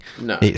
No